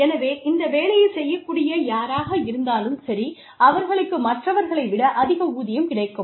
எனவே இந்த வேலையை செய்யக்கூடிய யாராக இருந்தாலும் சரி அவர்களுக்கு மற்றவர்களை விட அதிக ஊதியம் கிடைக்கும்